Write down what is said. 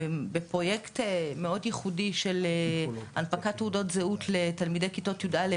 בפרויקט מאוד ייחודי של הנפקת תעודות זהות לתלמידי כיתות יא',